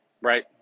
right